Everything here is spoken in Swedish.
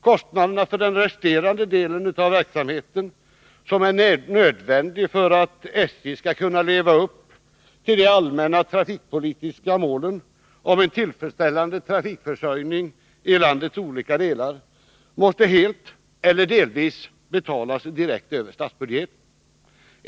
Kostnaderna för den resterande delen av verksamheten, som är nödvändig för att SJ skall kunna leva upp till de allmänna trafikpolitiska målen om en tillfredsställande trafikförsörjning i landets olika delar, måste helt eller delvis betalas direkt över statsbudgeten.